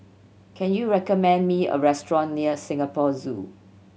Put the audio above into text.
can you recommend me a restaurant near Singapore Zoo